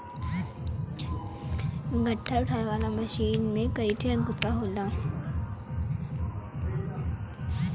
गट्ठर उठावे वाला मशीन में कईठे अंकुशा होला